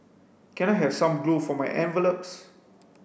can I have some glue for my envelopes